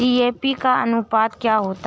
DAP का अनुपात क्या होता है?